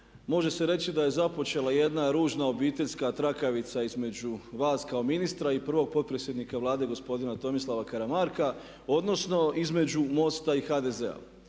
može se reći da je započela jedna ružna obiteljska trakavica između vas kao ministra i prvog potpredsjednika Vlade gospodina Tomislava Karamarka odnosno između MOST-a i HDZ-a.